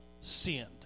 sinned